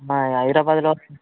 మా హైదరాబాద్లో